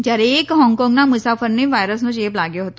જારે એક હોંગકોંગના મુસાફરને વાયરસનો ચેપ લાગ્યો હતો